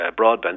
broadband